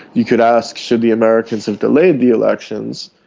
you could ask should the americans have delayed the elections,